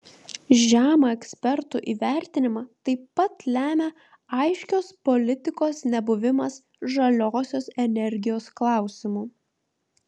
žemą ekspertų įvertinimą taip pat lemią aiškios politikos nebuvimas žaliosios energijos klausimu